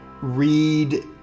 read